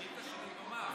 השאילתה שלי היא דומה,